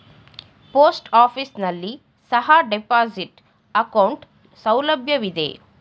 post office ನಲ್ಲಿ ಸಹ deposit account ಸೌಲಭ್ಯವಿದೆ